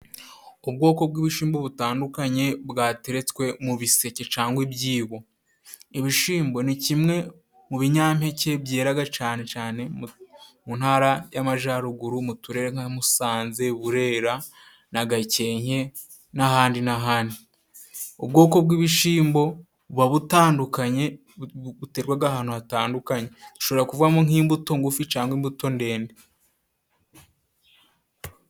Ubwoko bw’ibishimbo butandukanye bwateretswe mu biseke cangwa ibyibo. Ibishimbo ni kimwe mu binyampeke byeraga cane cane mu Ntara y’Amajyaruguru, mu turere nka Musanze, Burera na Gakenke, n’ahandi n'ahandi. Ubwoko bw’ibishimbo buba butandukanye, buterwaga ahantu hatandukanye, bushobora kuvamo nk’imbuto ngufi cangwa imbuto ndende.